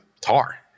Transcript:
Tar